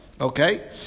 Okay